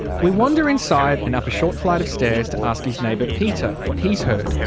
we wander inside and up a short flight of stairs to ask his neighbour peter what he's heard.